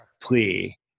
plea